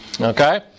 Okay